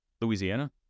Louisiana